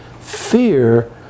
fear